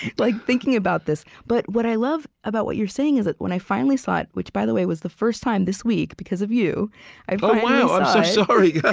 like thinking about this but what i love about what you're saying is that when i finally saw it which, by the way, was the first time, this week, because of you oh, wow. i'm so sorry. yeah